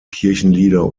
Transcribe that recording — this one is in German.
kirchenlieder